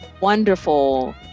wonderful